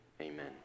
Amen